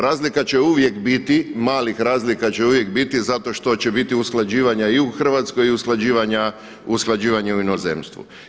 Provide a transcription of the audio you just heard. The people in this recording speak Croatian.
Razlika će uvijek biti, malih razlika će uvijek biti zato što će biti usklađivanja i u Hrvatskoj i u usklađivanja u inozemstvu.